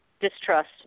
Distrust